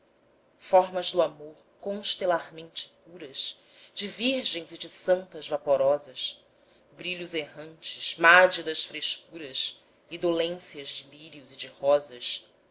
formas do amor constelarmente puras de virgens e de santas vaporosas brilhos errantes mádidas frescuras e dolências de lírios e de rosas